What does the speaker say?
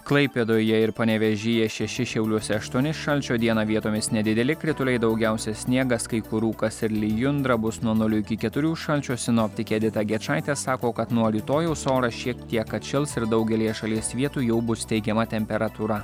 klaipėdoje ir panevėžyje šeši šiauliuose aštuoni šalčio dieną vietomis nedideli krituliai daugiausia sniegas kai kur rūkas ir lijundra bus nuo nulio iki keturių šalčio sinoptikė edita gečaitė sako kad nuo rytojaus oras šiek tiek atšils ir daugelyje šalies vietų jau bus teigiama temperatūra